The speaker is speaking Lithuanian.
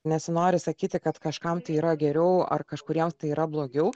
nesinori sakyti kad kažkam tai yra geriau ar kažkuriems tai yra blogiau